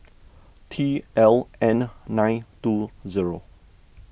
T L N nine two zero